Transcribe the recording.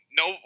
no